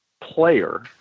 player